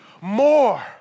more